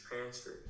transferred